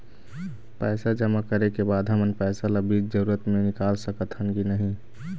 पैसा जमा करे के बाद हमन पैसा ला बीच जरूरत मे निकाल सकत हन की नहीं?